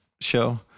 show